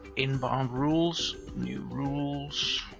inbound rules. new rules.